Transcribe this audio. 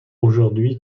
aujourd’hui